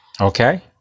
Okay